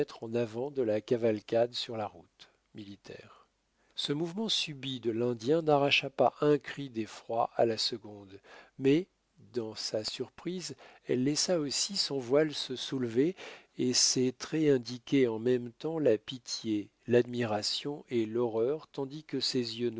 en avant de la cavalcade sur la route militaire ce mouvement subit de l'indien n'arracha pas un cri d'effroi à la seconde mais dans sa surprise elle laissa aussi son voile se soulever et ses traits indiquaient en même temps la pitié l'admiration et l'horreur tandis que ses yeux